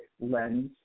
lens